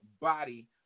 body